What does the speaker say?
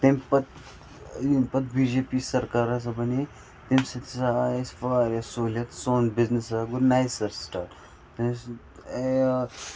تمہِ پَتہٕ ییٚمہِ پَتہٕ بی جے پی سَرکار ٲسۍ دَپان ہے تمہِ سۭتۍ ہَسا آے اَسہِ واریاہ سہولیت سون بِزنٮ۪س ہَسا گوٚو نَیہِ سَر سٹاٹ